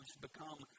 become